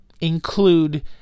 include